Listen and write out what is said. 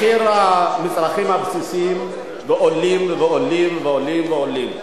מחיר המצרכים הבסיסיים עולה ועולה ועולה ועולה.